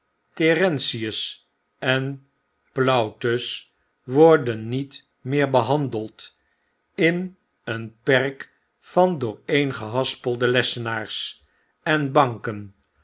terentius en plautus worden niet meer behandeld in een perk van dooreen gehaspelde lessenaars en banken